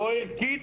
לא ערכית,